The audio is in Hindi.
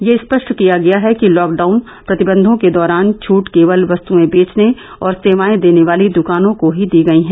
यह स्पष्ट किया गया है कि लॉकडाउन प्रतिबंधों के दौरान छूट केवल वस्तुएं बेचने और सेवाएं देने वाली दुकानों को ही दी गई है